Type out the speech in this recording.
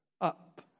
up